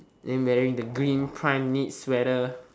then wearing the green prime knit sweater